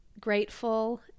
grateful